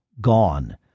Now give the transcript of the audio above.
gone